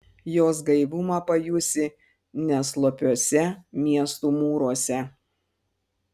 jos gaivumą pajusi ne slopiuose miestų mūruose